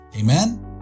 Amen